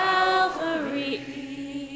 Calvary